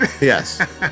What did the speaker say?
Yes